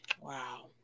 wow